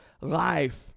life